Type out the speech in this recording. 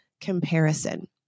comparison